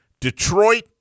Detroit